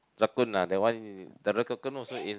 raccoon that one raccoon also is